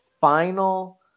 final